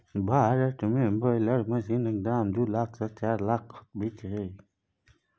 भारत मे बेलर मशीनक दाम दु लाख सँ चारि लाखक बीच छै